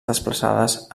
desplaçades